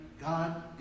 God